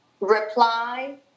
Reply